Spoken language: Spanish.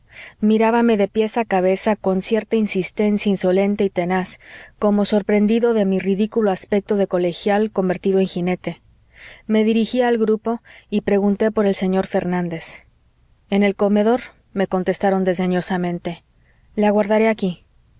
rayador mirábame de pies a cabeza con cierta insistencia insolente y tenaz como sorprendido de mi ridículo aspecto de colegial convertido en jinete me dirigí al grupo y pregunté por el señor fernández en el comedor me contestaron desdeñosamente le aguardaré aquí